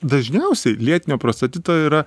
dažniausiai lėtinio prostatito yra